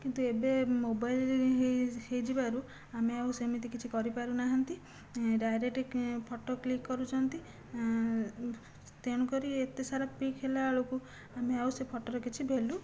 କିନ୍ତୁ ଏବେ ମୋବାଇଲ ହେଇ ହୋଇଯିବାରୁ ଆମେ ଆଉ ସେମିତି କିଛି କରିପାରୁନାହାନ୍ତି ଡାଇରେକ୍ଟ ଫଟୋ କ୍ଲିକ୍ କରୁଛନ୍ତି ତେଣୁ କରି ଏତେ ସାରା ପିକ୍ ହେଲା ବେଳକୁ ଆମେ ଆଉ ସେ ଫଟୋର କିଛି ଭାଲ୍ୟୁ